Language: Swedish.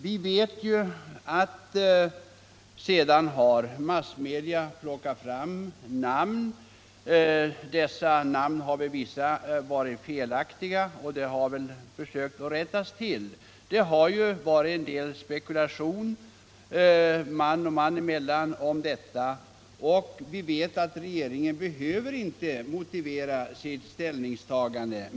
Vi vet alla att massmedia sedan har offentliggjort namnuppgifter, som väl i vissa fall varit felaktiga, och det har gjorts försök att rätta till dessa felaktigheter. Det har förekommit en del spekulation man och man emellan i denna fråga, och vi vet att regeringen inte behöver motivera sitt ställningstagande.